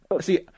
see